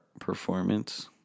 performance